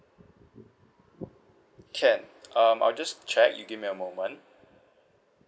can um I'll just check you give me a moment